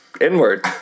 Inward